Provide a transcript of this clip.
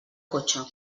cotxe